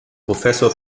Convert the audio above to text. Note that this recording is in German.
professor